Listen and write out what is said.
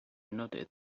noticed